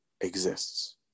exists